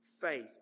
Faith